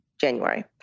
January